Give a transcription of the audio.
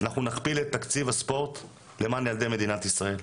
נכפיל את תקציב הספורט למען ילדי מדינת ישראל.